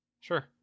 Sure